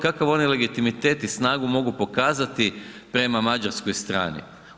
Kakav oni legitimitet i snagu mogu pokazati prema mađarskoj strani?